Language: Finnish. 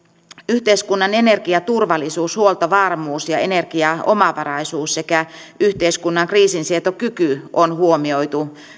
yhteiskunnan energiaturvallisuus huoltovarmuus ja energiaomavaraisuus sekä yhteiskunnan kriisinsietokyky on huomioitu